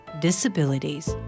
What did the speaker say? disabilities